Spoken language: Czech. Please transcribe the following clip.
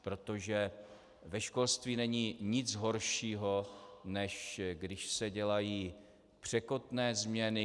Protože ve školství není nic horšího, než když se dělají překotné změny.